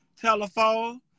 Telephone